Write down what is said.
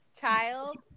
child